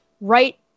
right